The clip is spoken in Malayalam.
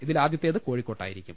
ഇതിൽ ആദ്യത്തേത് കോഴിക്കോട്ടായിരിക്കും